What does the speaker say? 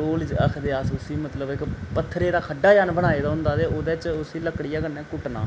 role आखदे अस उसी मतलब इक पत्थरेै दा खड्डा जन बनाए दा होंदा ते ओह्दे च उसी लकड़ियै कन्नै कुट्टना